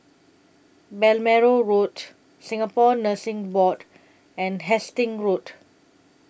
Balmoral Road Singapore Nursing Board and Hastings Road